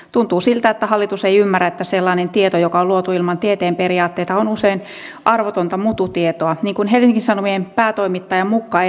tuntuu siltä että hallitus ei ymmärrä että sellainen tieto joka on luotu ilman tieteen periaatteita on usein arvotonta mututietoa niin kuin helsingin sanomien päätoimittaja mukka eilen kirjoitti